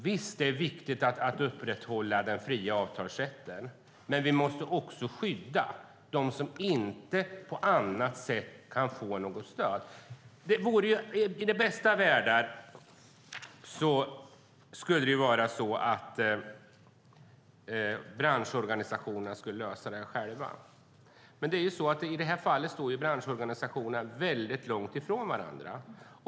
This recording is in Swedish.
Visst är det viktigt att upprätthålla den fria avtalsrätten, men vi måste också skydda dem som inte på annat sätt kan få stöd. I den bästa av världar kan branschorganisationerna lösa dessa frågor själva. Men i det här fallet står branschorganisationerna långt från varandra.